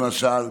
למשל.